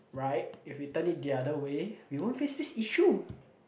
right if we turn it the other way we won't face this issue